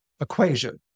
equation